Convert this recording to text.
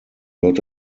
lot